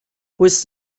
was